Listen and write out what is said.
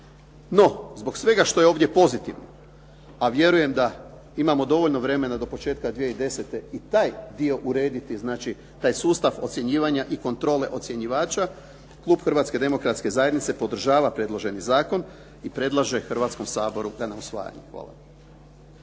No, zbog svega što je ovdje pozitivno, a vjerujem da imamo dovoljno vremena do početka 2010. i taj dio urediti. Znači, taj sustav ocjenjivanja i kontrole ocjenjivača. Klub Hrvatske demokratske zajednice podržava predloženi zakon i predlaže Hrvatskom saboru ga na usvajanje. Hvala.